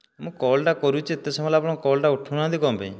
ମୁଁ କଲଟା କରୁଛି ଏତେ ସମୟ ହେଲା ଆପଣ କଲଟା ଉଠାଉନାହାନ୍ତି କ'ଣ ପାଇଁ